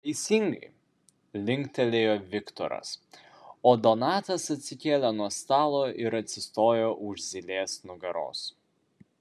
teisingai linktelėjo viktoras o donatas atsikėlė nuo stalo ir atsistojo už zylės nugaros